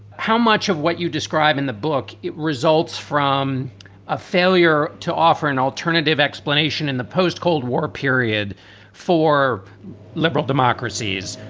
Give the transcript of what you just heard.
how much of what you describe in the book, it results results from a failure to offer an alternative explanation in the post-cold war period for liberal democracies.